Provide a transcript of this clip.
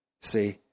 See